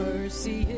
Mercy